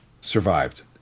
survived